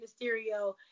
Mysterio